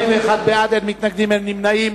41 בעד, אין מתנגדים, אין נמנעים.